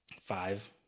Five